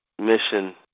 mission